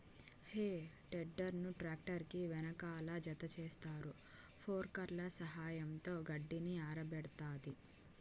హే tedder ను tractor కి వెనకాల జతచేస్తారు, ఫోర్క్ల సహాయంతో గడ్డిని ఆరబెడతాది